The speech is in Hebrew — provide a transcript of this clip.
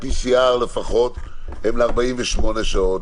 ה-PCR לפחות, הן ל-48 שעות?